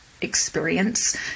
experience